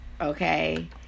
Okay